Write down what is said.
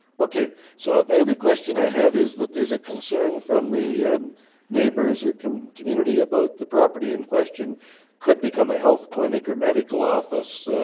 so the other question i have is that there's a concern from the neighbours or community about the property in question could become a health clinic or medical office.